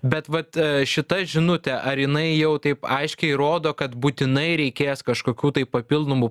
bet vat šita žinutė ar jinai jau taip aiškiai rodo kad būtinai reikės kažkokių tai papildomų